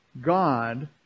God